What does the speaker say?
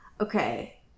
Okay